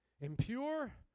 impure